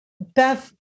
Beth